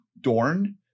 dorn